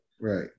Right